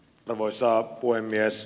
arvoisa puhemies